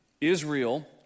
Israel